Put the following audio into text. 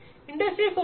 industry four